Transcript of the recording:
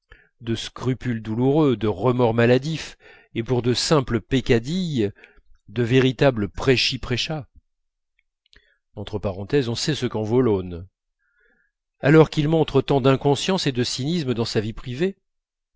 de scrupules douloureux de remords maladifs et pour de simples peccadilles de véritables prêchi prêcha on sait ce qu'en vaut l'aune alors qu'il montre tant d'inconscience et de cynisme dans sa vie privée